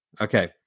Okay